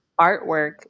artwork